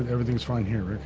and everything's fine here rick.